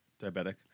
diabetic